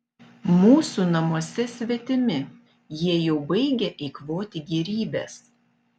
mūsų namuose svetimi jie jau baigia eikvoti gėrybes